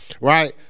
right